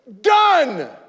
Done